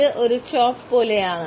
ഇത് ഒരു ചോപ്പ് പോലെയാണ്